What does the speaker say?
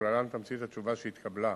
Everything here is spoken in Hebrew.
ולהלן תמצית התשובה שהתקבלה: